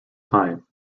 time